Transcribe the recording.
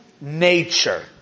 nature